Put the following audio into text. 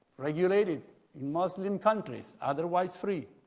regulated in muslim countries otherwise free,